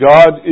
God